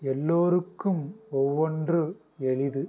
எல்லோருக்கும் ஒவ்வொன்று எளிது